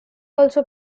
also